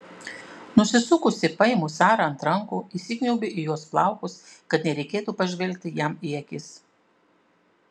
nusisukusi paimu sarą ant rankų įsikniaubiu į jos plaukus kad nereikėtų pažvelgti jam į akis